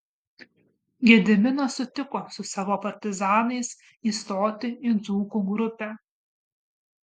gediminas sutiko su savo partizanais įstoti į dzūkų grupę